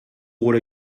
gure